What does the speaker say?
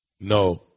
No